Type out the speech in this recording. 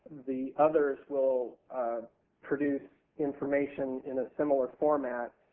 the others will produce information in a similar format